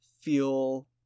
feel